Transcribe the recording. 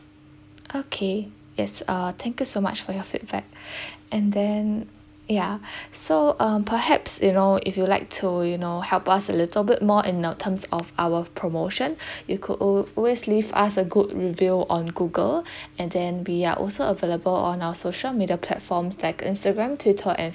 okay yes uh thank you so much for your feedback and then ya so um perhaps you know if you like to you know help us a little bit more in uh terms of our promotion you could al~ always leave us a good review on google and then we are also available on our social media platforms like instagram twitter and